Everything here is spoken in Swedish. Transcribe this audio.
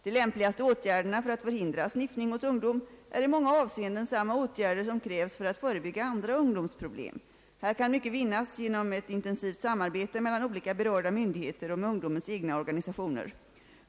De lämpligaste åtgärderna för att förhindra sniffning hos ungdom är i många avseenden samma åtgärder som krävs för att förebygga andra ungdomsproblem. Här kan mycket vinnas genom ett intensivt samarbete mellan olika berörda myndigheter och med ungdomens egna organisationer.